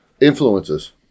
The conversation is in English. Influences